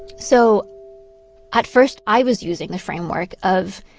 so at first, i was using the framework of,